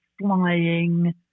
flying